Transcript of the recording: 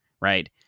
right